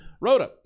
Rhoda